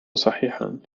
صحيحًا